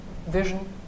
vision